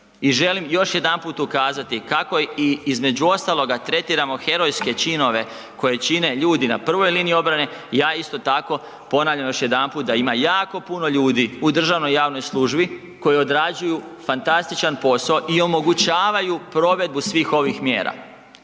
i želim još jedanput ukazati kako i između ostaloga tretiramo herojske činove koje čine ljudi na prvoj liniji obrane, ja isto ponavljam još jedanput, da ima jako puno ljudi u državnoj i javnoj službi koji odrađuju fantastičan posao i omogućavaju provedbu svih ovih mjera.